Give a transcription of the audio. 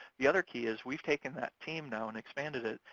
the other key is we've taken that team now and expanded it,